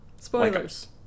spoilers